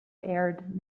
aired